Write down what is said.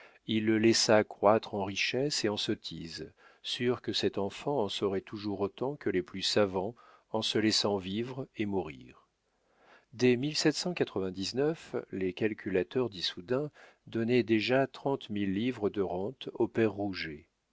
il le laissa croître en richesse et en sottise sûr que cet enfant en saurait toujours autant que les plus savants en se laissant vivre et mourir dès les calculateurs d'issoudun donnaient déjà trente mille livres de rente au père